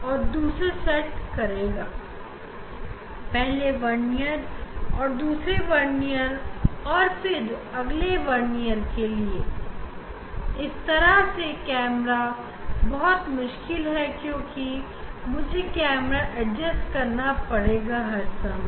आपको यह स्पेक्ट्रम दिखाने के लिए मुझे कैमरा का बार बार स्थान परिवर्तन करना पड़ेगा जो कि एक कठिन काम है इसीलिए मुझे इतना समय लग रहा है